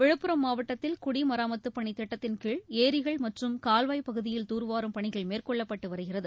விழுப்புரம் மாவட்டத்தில் குடி மராமத்துப் பணி திட்டத்தின்கீழ் ஏரிகள் மற்றும் கால்வாய் பகுதியில் தூர்வாரும் பணிகள் மேற்கொள்ளப்பட்டு வருகிறது